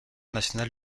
national